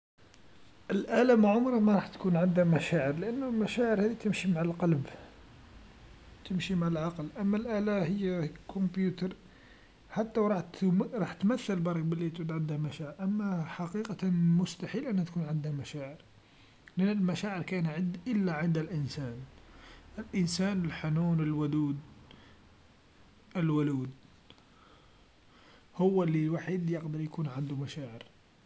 الأله عمرو مراح تكون عنده مشاعر، لأنو المشاعر هذي تمشي مع القلب، تمشي مع العقل، أما الآله هي هي كمبيوتر، حتى و راح تومر راح تمشى برا بلي عندو مشاعر، أما حقيقة مستحيل أنو تكون عنده مشاعر، لأن المشاعر كاين عد إلا عند الإنسان، الإنسان الحنون الودود الولود، هو لي الوحيد ليقدر يكون عندو مشاعر.